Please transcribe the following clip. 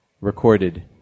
recorded